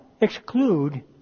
exclude